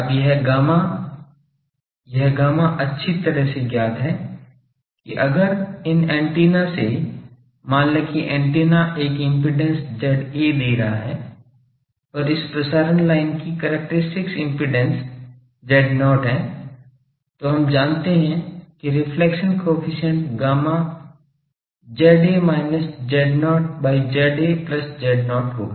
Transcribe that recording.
अब यह gamma यह gamma अच्छी तरह से ज्ञात है कि अगर इन एंटेना से मान लें कि एंटेना एक इम्पीडेन्स ZA दे रहा है और इस प्रसारण लाइन की कैरेक्टरिस्टिक इम्पीडेन्स Z0 है तो हम जानते हैं कि reflection coefficient gamma ZA minus Z0 by ZA plus Z0 होगा